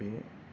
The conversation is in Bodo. बे